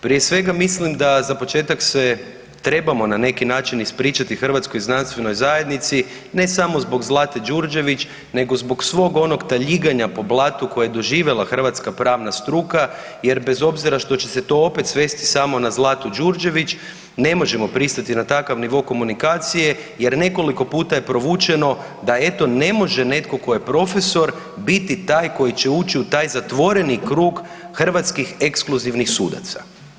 Prije svega, mislim da za početak se trebamo na neki način ispričati hrvatskoj znanstvenoj zajednici, ne samo zbog Zlate Đurđević nego zbog svog onog taljiganja po blatu koje je doživjela hrvatska pravna struka jer bez obzira što će se to opet svesti samo na Zlatu Đurđević, ne možemo pristati na takav nivo komunikacije jer nekoliko puta je provučeno da, eto, ne može netko tko je profesor biti taj koji će ući u taj zatvoreni krug hrvatskih ekskluzivnih sudaca.